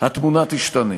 התמונה תשתנה.